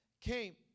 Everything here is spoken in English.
came